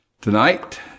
Tonight